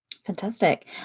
Fantastic